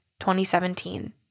2017